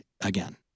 again